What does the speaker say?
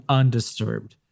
undisturbed